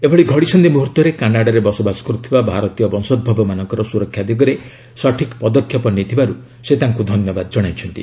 ଏଭଳି ଘଡ଼ିସନ୍ଧି ମୁହର୍ତ୍ତରେ କାନାଡ଼ାରେ ବସବାସ କର୍ରଥିବା ଭାରତ ବଂଶୋଭବ ଲୋକମାନଙ୍କର ସ୍ରରକ୍ଷା ଦିଗରେ ସଠିକ୍ ପଦକ୍ଷେପ ନେଇଥିବାରୁ ସେ ତାଙ୍କୁ ଧନ୍ୟବାଦ ଜଣାଇଛନ୍ତି